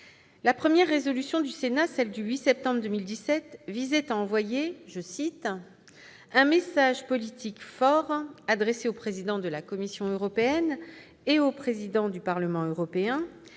la première résolution du Sénat, celle du 8 septembre 2017, visait à envoyer « un message politique fort adressé au président de la Commission européenne et au président du Parlement européen